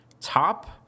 top